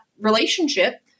relationship